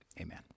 Amen